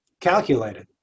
calculated